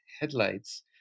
Headlights